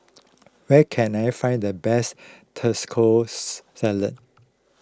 where can I find the best Salad